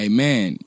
Amen